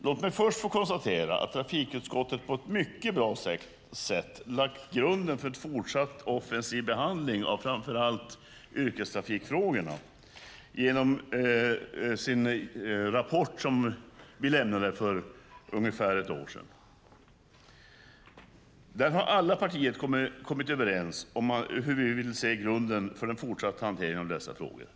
Låt mig först få konstatera att trafikutskottet på ett mycket bra sätt har lagt grunden för en fortsatt offensiv behandling av framför allt yrkestrafikfrågorna genom den rapport som vi lämnade för ungefär ett år sedan. Där har alla partier kommit överens om hur vi vill se grunden för den fortsatta hanteringen av dessa frågor.